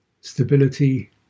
stability